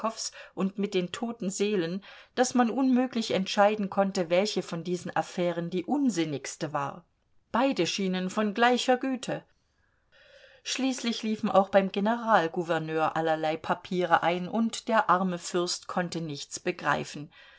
und mit den toten seelen daß man unmöglich entscheiden konnte welche von diesen affären die unsinnigste war beide schienen von gleicher güte schließlich liefen auch beim generalgouverneur allerlei papiere ein und der arme fürst konnte nichts begreifen